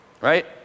Right